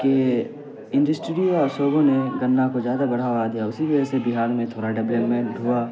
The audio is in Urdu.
کہ انڈسٹری اور شعبوں نے گنا کو زیادہ بڑھاوا دیا اسی وجہ سے بہار میں تھوڑا ڈیولپمنٹ ہوا